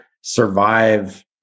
survive